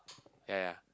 ya ya